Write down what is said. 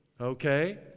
Okay